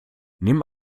nimm